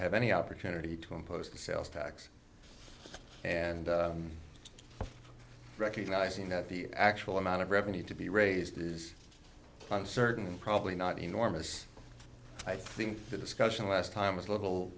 have any opportunity to impose the sales tax and recognizing that the actual amount of revenue to be raised is on certain probably not enormous i think the discussion last time was a little